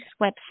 website